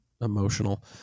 Emotional